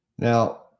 Now